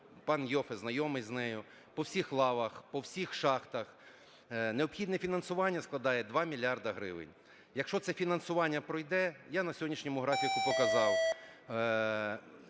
пан Іоффе, знайомий з нею. По всіх лавах, по всіх шахтах необхідне фінансування складає 2 мільярда гривень. Якщо це фінансування пройде, я на сьогоднішньому графіку показав,